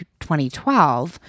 2012